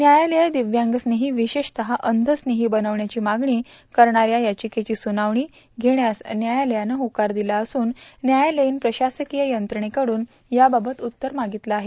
व्यायालयं दिव्यांगस्नेही विशेषतः अंधस्नेही बनवण्याची मागणी करणाऱ्या याचिकेची सुनावणी घेण्यास व्यायालयानं होकार दिला असून न्यायालयीन प्रशासकीय यंत्रणेकडून याबाबतचं उत्तर मागितलं आहे